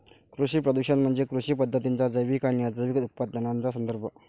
कृषी प्रदूषण म्हणजे कृषी पद्धतींच्या जैविक आणि अजैविक उपउत्पादनांचा संदर्भ